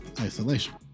Isolation